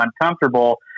uncomfortable